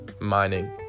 mining